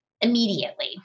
immediately